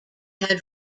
had